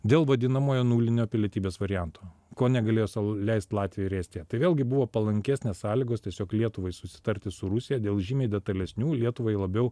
dėl vadinamojo nulinio pilietybės varianto ko negalėjo sau leisti latvija ir estija tai vėlgi buvo palankesnės sąlygos tiesiog lietuvai susitarti su rusija dėl žymiai detalesnių lietuvai labiau